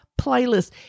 playlist